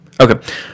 Okay